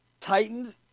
Titans